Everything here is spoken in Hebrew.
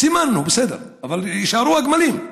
סימנו, בסדר, אבל יישארו הגמלים.